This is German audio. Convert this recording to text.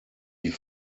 die